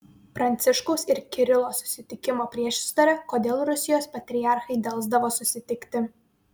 pranciškaus ir kirilo susitikimo priešistorė kodėl rusijos patriarchai delsdavo susitikti